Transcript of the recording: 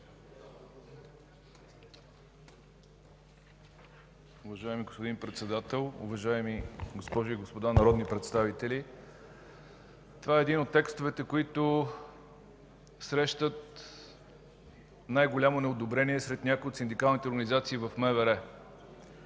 Уважаеми господин Председател, уважаеми госпожи и господа народни представители! Това е един от текстовете, които срещат най-голямо неодобрение сред някои от синдикалните организации в МВР.